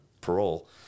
parole